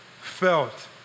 felt